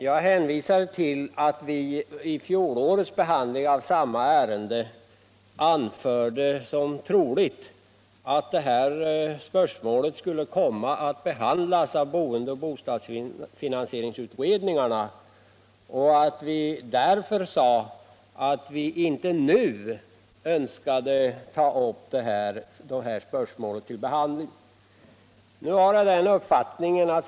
Jag hänvisar till att vi vid fjolårets behandling av samma ärende anförde som troligt att frågan om ett system med ägande av lägenheter i flerfamiljshus skulle komma att behandlas av boendeoch bostadsfinansieringsutredningarna och att vi därför intet. v. önskade ta upp spörsmålet till behandling.